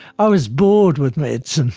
i was bored with medicine,